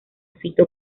fito